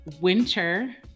winter